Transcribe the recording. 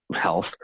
health